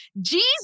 Jesus